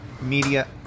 media